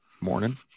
morning